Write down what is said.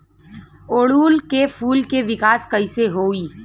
ओड़ुउल के फूल के विकास कैसे होई?